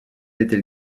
était